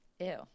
Ew